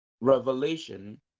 revelation